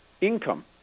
income